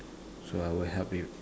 so I will help with